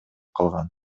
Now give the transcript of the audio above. калган